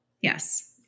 yes